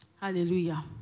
Hallelujah